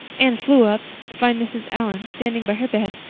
anne flew up, to find mrs. allan standing by her bed,